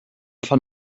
von